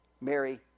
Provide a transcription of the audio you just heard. Mary